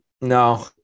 No